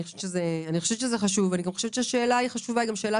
אני חושבת שזה חשוב ואני גם חושבת שהשאלה היא חשובה והיא גם שאלה